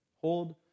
hold